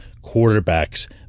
quarterbacks